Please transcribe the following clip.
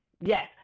Yes